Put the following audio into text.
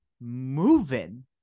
moving